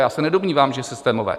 Já se nedomnívám, že systémové.